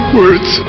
words